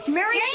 Mary